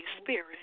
Spirit